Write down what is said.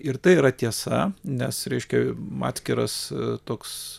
ir tai yra tiesa nes reiškia atskiras toks